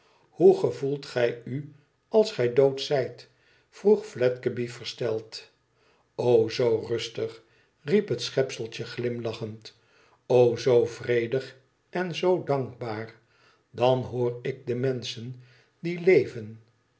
hoe gevoelt gij u als gij dood zijt vroeg fledgeby versteld o zoo rustig riep hét schepseltje glimlachend o zoo vredig en zoo dankbaar dan hoor ik de menschen die leven